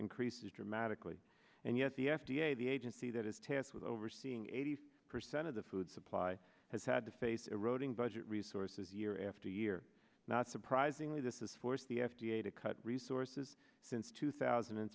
increases dramatically and yet the f d a the agency that is tasked with overseeing eighty percent of the food supply has had to face eroding budget resources year after year not surprisingly this is forced the f d a to cut resources since two thousand and